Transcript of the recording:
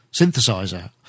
synthesizer